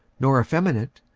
nor effeminate,